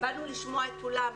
באנו לשמוע את כולם.